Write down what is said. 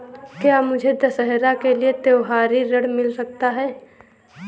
क्या मुझे दशहरा के लिए त्योहारी ऋण मिल सकता है?